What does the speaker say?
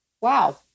Wow